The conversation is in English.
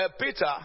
Peter